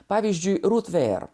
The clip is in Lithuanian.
pavyzdžiui rut vėr